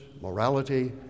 morality